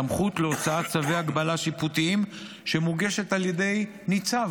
סמכות להוצאת צווי הגבלה שיפוטיים שמוגשת על ידי ניצב